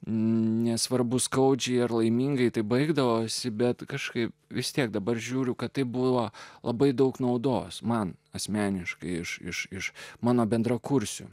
nesvarbu skaudžiai ar laimingai tai baigdavosi bet kažkaip vis tiek dabar žiūriu kad tai buvo labai daug naudos man asmeniškai iš mano bendrakursių